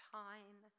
time